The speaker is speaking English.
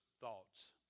thoughts